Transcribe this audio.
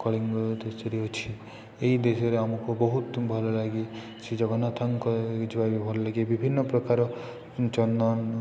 କଳିଙ୍ଗ ଦେଶରେ ଅଛି ଏହି ଦେଶରେ ଆମକୁ ବହୁତ ଭଲ ଲାଗେ ଶ୍ରୀ ଜଗନ୍ନାଥଙ୍କ ଯିବା ବି ଭଲ ଲାଗେ ବିଭିନ୍ନ ପ୍ରକାର ଚନ୍ଦନ